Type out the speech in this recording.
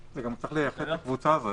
צריך לייחד את הקבוצה הזאת.